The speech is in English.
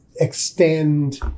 extend